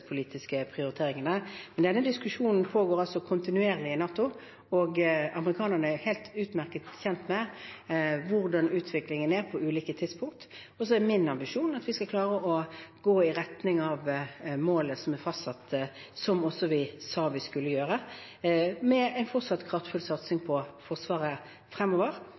prioriteringene. Men denne diskusjonen pågår kontinuerlig i NATO, og amerikanerne er helt utmerket kjent med hvordan utviklingen er på ulike tidspunkter. Min ambisjon er at vi skal klare å gå i retning av målet som er fastsatt, noe vi sa vi skulle gjøre, med en fortsatt kraftfull satsing på Forsvaret fremover.